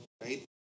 right